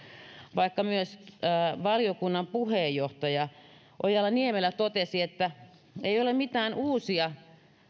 vaikka myös valiokunnan puheenjohtaja ojala niemelä totesi että ei ole mitään uusia